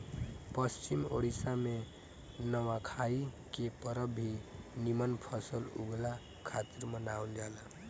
पश्चिम ओडिसा में नवाखाई के परब भी निमन फसल उगला खातिर मनावल जाला